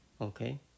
okay